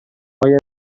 آیا